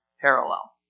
parallel